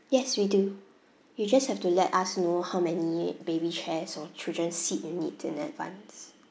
yes we do you just have to let us know how many baby chairs or children seat you need in advance